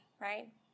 right